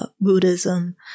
Buddhism